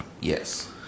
Yes